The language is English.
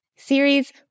series